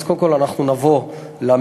אז קודם כול אנחנו נבוא למגזר,